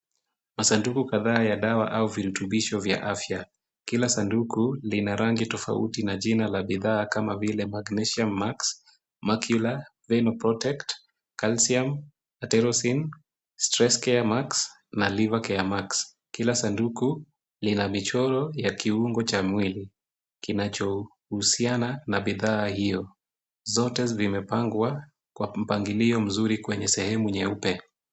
Masanduku kadhaa ya dawa au virutubisho vya afya, kila sanduku lina rangi tofauti na jina la bidhaa kama vile; Magnesium Max, Macula, Venoprotect, Calcium, Atherosin, Stress Care Max , na Liver Care Max . Kila sanduku lina michoro ya kiungo cha mwili. Kinachohusiana na bidhaa hiyo. Zote zimepangwa kwa mpangilio mzuri kwenye sehemu nyeupe.